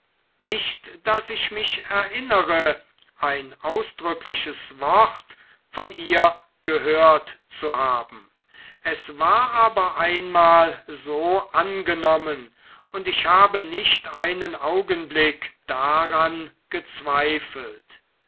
nicht daß ich mich erinnere ein ausdrückliches wort von ihr gehört zu haben es war einmal so angenommen und ich habe nicht einen augenblick daran gezweifelt